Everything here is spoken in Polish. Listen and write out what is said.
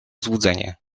złudzenie